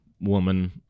woman